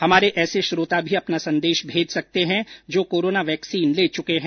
हमारे ऐसे श्रोता भी अपना संदेश भेज सकते हैं जो कोरोना वैक्सीन ले चुके हैं